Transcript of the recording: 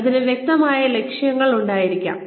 അതിന് വ്യക്തമായ ലക്ഷ്യങ്ങൾ ഉണ്ടായിരിക്കണം